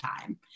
time